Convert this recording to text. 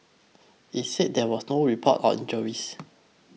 it said there were no report of injuries